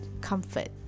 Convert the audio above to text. comfort